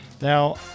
Now